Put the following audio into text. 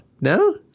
No